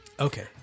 Okay